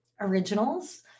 originals